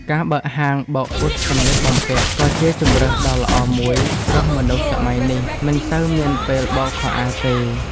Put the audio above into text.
ការបើកហាងបោកអ៊ុតសម្លៀកបំពាក់ក៏ជាជម្រើសដ៏ល្អមួយព្រោះមនុស្សសម័យនេះមិនសូវមានពេលបោកខោអាវទេ។